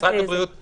אני